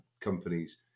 companies